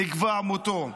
נקבע מותו.